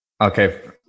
Okay